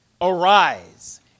Arise